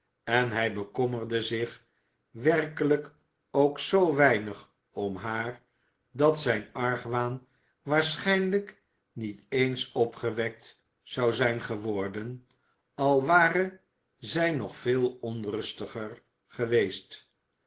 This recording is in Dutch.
en hij bekommerde zich werkelijk ook zoo weinig om haar dat zijn argwaan waarschijnlijk niet eens opgewekt zou zijn geworden al ware zij nog veel onrustiger geweest